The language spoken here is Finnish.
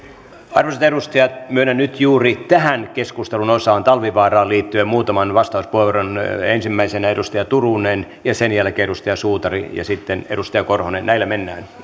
arvoisat edustajat myönnän nyt juuri tähän keskustelun osaan talvivaaraan liittyen muutaman vastauspuheenvuoron ensimmäisenä edustaja turunen ja sen jälkeen edustaja suutari ja sitten edustaja korhonen näillä mennään